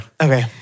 Okay